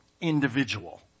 individual